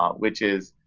um which is